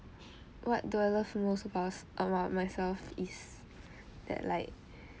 what do I love most about s~ about myself is that like